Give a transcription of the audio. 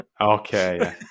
Okay